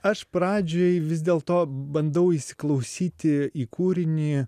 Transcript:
aš pradžioj vis dėl to bandau įsiklausyti į kūrinį